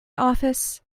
office